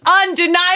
undeniable